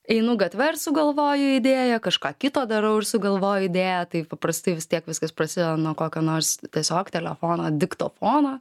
einu gatve ir sugalvoju idėją kažką kito darau ir sugalvoju idėją tai paprastai vis tiek viskas prasideda nuo kokio nors tiesiog telefono diktofono